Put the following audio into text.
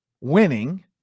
winning